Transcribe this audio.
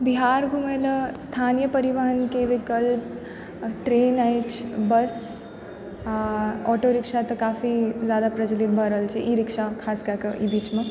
बिहार घुमै ला स्थानीय परिवहनके विकल्प ट्रेन अछि बस आओर ऑटो रिक्शा तऽ काफी प्रचलित भऽ रहल छै ई रिक्शा खास कए कऽ ई बीचमे